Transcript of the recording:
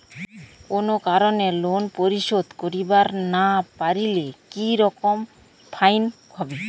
কোনো কারণে লোন পরিশোধ করিবার না পারিলে কি রকম ফাইন হবে?